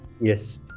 Yes